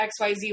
xyz